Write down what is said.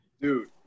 dude